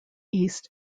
east